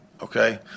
okay